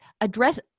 address